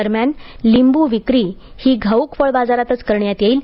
दरम्यान लिंब्र विक्री ही घाऊक फळ बाजारातच करण्यात येईल